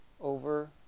over